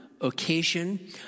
occasion